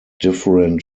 different